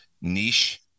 niche